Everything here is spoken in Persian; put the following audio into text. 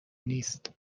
نیست